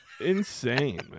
Insane